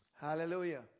Hallelujah